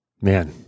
Man